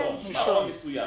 מעון מסוים.